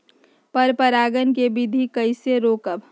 पर परागण केबिधी कईसे रोकब?